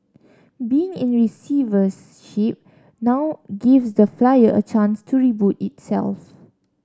being in receivership now gives the flyer a chance to reboot itself